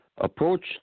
Approach